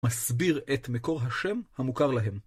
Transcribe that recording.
מסביר את מקור השם המוכר להם.